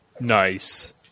Nice